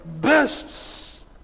bursts